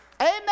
Amen